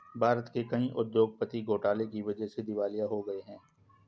भारत के कई उद्योगपति घोटाले की वजह से दिवालिया हो गए हैं